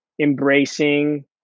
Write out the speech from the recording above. embracing